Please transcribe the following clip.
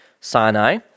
Sinai